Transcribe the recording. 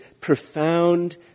profound